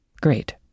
Great